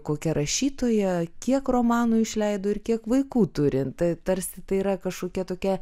kokia rašytoja kiek romanų išleido ir kiek vaikų turi tarsi tai yra kažkokia tokia